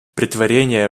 претворения